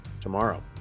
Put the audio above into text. tomorrow